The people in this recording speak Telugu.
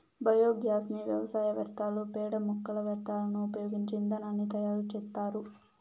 బయోగ్యాస్ ని వ్యవసాయ వ్యర్థాలు, పేడ, మొక్కల వ్యర్థాలను ఉపయోగించి ఇంధనాన్ని తయారు చేత్తారు